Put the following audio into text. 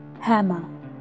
hammer